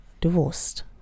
divorced